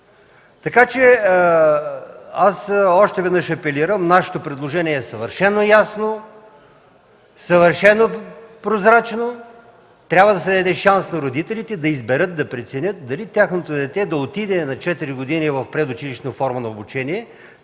проблем. Още веднъж апелирам – нашето предложение е съвършено ясно, съвършено прозрачно – трябва да се даде шанс на родителите да изберат, да преценят дали тяхното дете да отиде на 4 години в предучилищна форма на обучение,